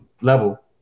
level